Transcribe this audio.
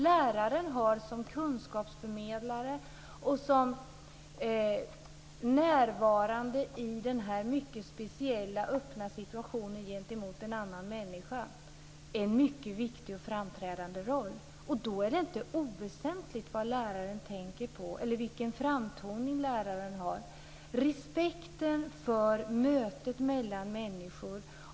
Läraren har som kunskapsförmedlare och som närvarande i den mycket speciella öppna situationen gentemot en annan människa en mycket viktig och framträdande roll. Då är det inte oväsentligt vad läraren tänker på eller vilken framtoning läraren har. Det handlar om respekten för mötet mellan människor.